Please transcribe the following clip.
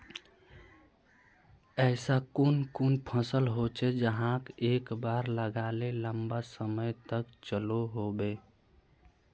ऐसा कुन कुन फसल होचे जहाक एक बार लगाले लंबा समय तक चलो होबे?